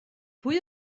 pwy